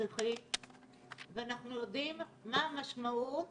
הנוכחית ואנחנו יודעים מה המשמעות